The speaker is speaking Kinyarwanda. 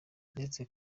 ndetse